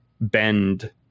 bend